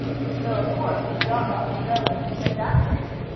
and so, of course, a dog ought to go when you said that to him.